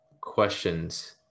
questions